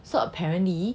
so apparently